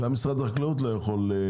גם משרד החקלאות לא יכול,